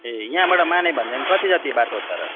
ए यहाँबाट माने भन्ज्याङ कति जति बाटो छ र